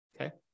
Okay